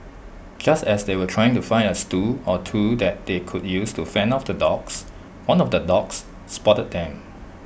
just as they were trying to find as tool or two that they could use to fend off the dogs one of the dogs spotted them